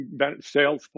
Salesforce